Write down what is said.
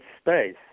space